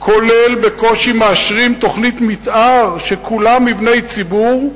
כולל בקושי מאשרים תוכנית מיתאר שכולה מבני ציבור,